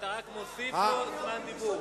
ואתה רק מוסיף לו זמן דיבור.